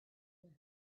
well